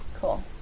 cool